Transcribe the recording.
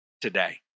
today